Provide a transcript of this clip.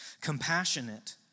Compassionate